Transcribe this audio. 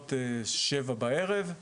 בסביבות שבע בערב.